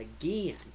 again